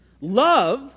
Love